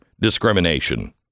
discrimination